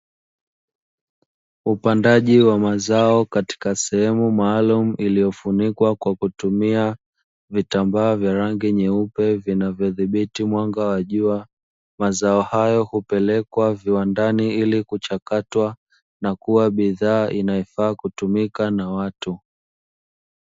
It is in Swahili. Upandaji wa mazao katika sehemu maalumu iliyofunikwa kwa kutumia vitambaa vya rangi nyeupe, vinavyodhibiti mwanga wa jua. Mazao hayo hupelekwa viwandani ili kuchakatwa, na kuwa bidhaa inayofaa kutumika na watu.